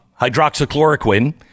hydroxychloroquine